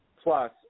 Plus